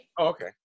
Okay